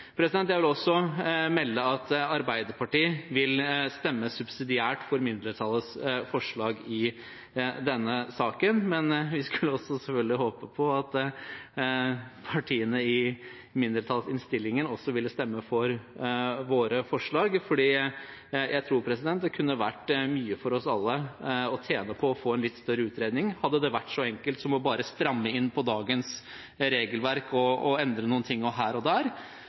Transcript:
Jeg vil også melde at Arbeiderpartiet vil stemme subsidiært for mindretallets forslag i denne saken, men vi hadde selvfølgelig håpet at partiene i mindretallet i innstillingen også ville stemt for vårt forslag, for jeg tror det kunne vært mye å tjene på for oss alle å få en litt større utredning. Hadde det vært så enkelt som bare å stramme inn på dagens regelverk og endre noe her og der,